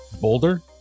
Boulder